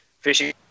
Fishing